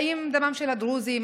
האם דמם של הדרוזים,